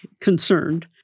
concerned